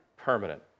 permanent